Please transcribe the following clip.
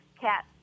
cat